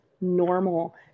normal